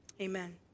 Amen